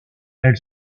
elle